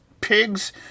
pigs